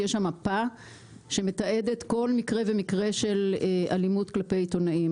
יש שם מפה שמתעדת כל מקרה ומקרה של אלימות כלפי עיתונאים.